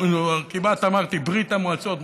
כמעט אמרתי ברית המועצות,